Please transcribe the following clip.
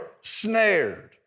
snared